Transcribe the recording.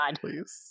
please